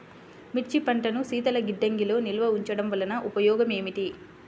మిర్చి పంటను శీతల గిడ్డంగిలో నిల్వ ఉంచటం వలన ఉపయోగం ఏమిటి?